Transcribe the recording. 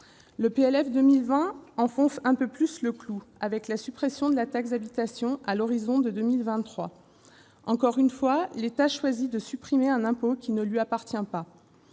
pour 2020 enfonce le clou un peu plus, avec la suppression de la taxe d'habitation à l'horizon de 2023. Encore une fois, l'État choisit de supprimer un impôt qui ne lui appartient pas